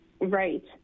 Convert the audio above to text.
Right